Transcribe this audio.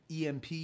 EMP